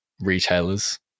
retailers